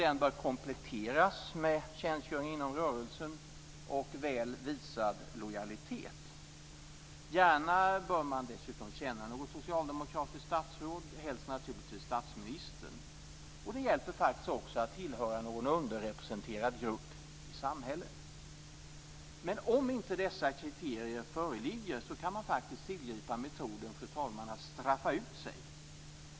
Den bör kompletteras med tjänstgöring inom rörelsen och väl visad lojalitet. Man bör dessutom gärna känna något socialdemokratiskt statsråd, helst naturligtvis statsministern. Det hjälper också att tillhöra någon underrepresenterad grupp i samhället. Men om inte dessa kriterier föreligger kan man faktiskt, fru talman, tillgripa metoden att straffa ut sig.